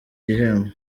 gihembo